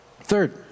third